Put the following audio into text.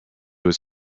was